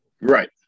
Right